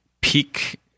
Peak